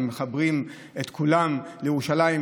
מחברים את כולם לירושלים.